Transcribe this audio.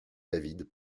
david